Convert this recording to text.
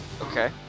Okay